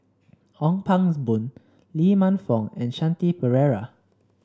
Ong Pangs Boon Lee Man Fong and Shanti Pereira